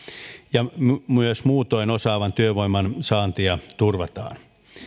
ja myös muutoin osaavan työvoiman saantia turvataan